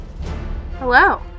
Hello